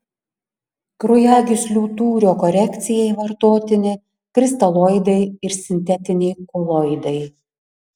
kraujagyslių tūrio korekcijai vartotini kristaloidai ir sintetiniai koloidai